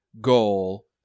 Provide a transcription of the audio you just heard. goal